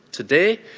today,